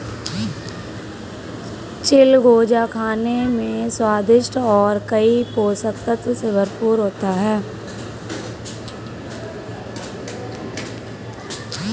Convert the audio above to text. चिलगोजा खाने में स्वादिष्ट और कई पोषक तत्व से भरपूर होता है